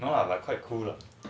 no lah but quite cool lah